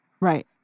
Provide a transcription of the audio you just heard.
Right